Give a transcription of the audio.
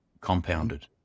compounded